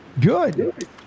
Good